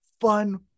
fun